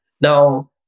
Now